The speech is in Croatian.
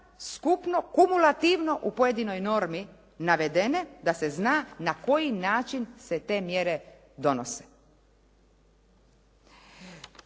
skupno kumulativno u pojedinoj normi navedene da se zna na koji način se te mjere donose.